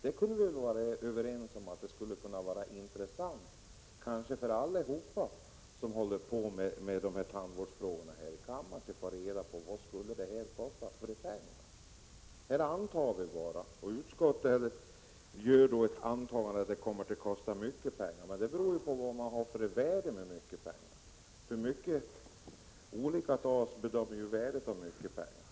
Vi kan nog vara överens om att det skulle vara intressant för alla här i kammaren som håller på med dessa tandvårdsfrågor att få reda på vad det skulle kosta. Här beslutar vi bara, och utskottet gör ett antagande om att det kommer att kosta mycket pengar. Men det beror på vad man menar med mycket pengar. Värdet av mycket pengar bedöms mycket olika.